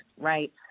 right